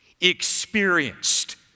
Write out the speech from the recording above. experienced